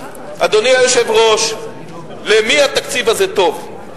אדוני היושב-ראש, למי התקציב הזה טוב?